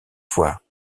fois